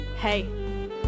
Hey